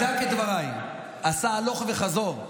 בדק את דבריי, עשה הלוך וחזור.